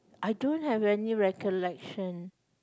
I don't have any recollection